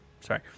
sorry